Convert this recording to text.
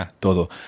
todo